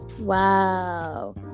Wow